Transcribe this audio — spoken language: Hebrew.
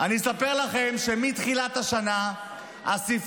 אני אספר לכם שמתחילת השנה הספריות